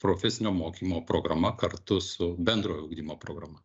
profesinio mokymo programa kartu su bendrojo ugdymo programa